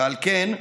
ועל כן,